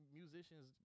musicians